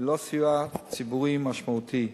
ללא סיוע ציבורי משמעותי.